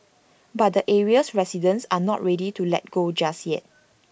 but the area's residents are not ready to let go just yet